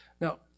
Now